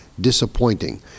disappointing